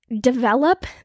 develop